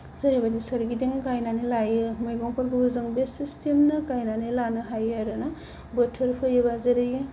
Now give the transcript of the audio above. जेरैबायदि सोरगिदिं गायनानै लायो मैगंफोरखौबो जों बे सेस्टेमनो गायनानै लानो हायो आरोना बोथोर फैयोबा जेरै